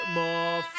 more